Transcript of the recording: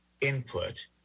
input